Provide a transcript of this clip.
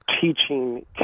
teaching